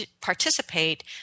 participate